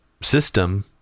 system